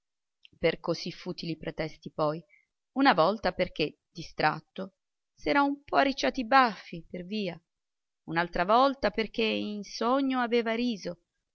per così futili pretesti poi una volta perché distratto s'era un po arricciati i baffi per via un'altra volta perché in sogno aveva riso